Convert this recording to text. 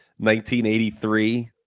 1983